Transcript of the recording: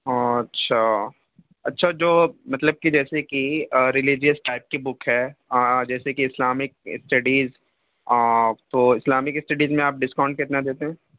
اچھا اچھا جو مطلب کہ جیسے کہ ریلیجیس ٹائپ کی بک ہے جیسے کہ اسلامک اسٹڈیز تو اسلامک اسٹڈیز میں آپ ڈسکاؤنٹ کتنا دیتے ہیں